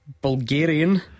Bulgarian